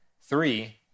Three